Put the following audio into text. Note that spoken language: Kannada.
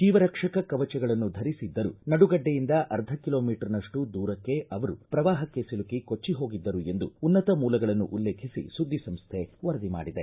ಜೀವರಕ್ಷಕ ಕವಚಗಳನ್ನು ಧರಿಸಿದ್ದರೂ ನಡುಗಡ್ಡೆಯಿಂದ ಅರ್ಧ ಕಿಲೋ ಮೀಟರ್ನಷ್ಟು ದೂರಕ್ಕೆ ಅವರು ಪ್ರವಾಹಕ್ಕೆ ಸಿಲುಕಿ ಕೊಚ್ಚಿ ಹೋಗಿದ್ದರು ಎಂದು ಉನ್ನತ ಮೂಲಗಳನ್ನು ಉಲ್ಲೇಖಿಸಿ ಸುದ್ದಿಸಂಸ್ಥೆ ವರದಿ ಮಾಡಿದೆ